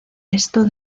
esto